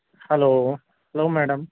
hello hello madam